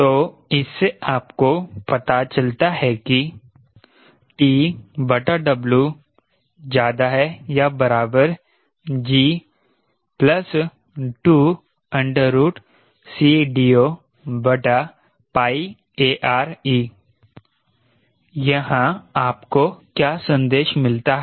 तो इससे आपको पता चलता है कि TW G 2CDOARe यहां आपको क्या संदेश मिलता है